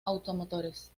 automotores